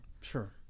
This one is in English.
Sure